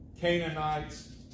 Canaanites